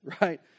right